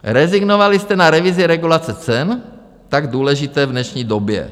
Rezignovali jste na revizi regulace cen, tak důležité v dnešní době.